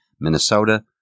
Minnesota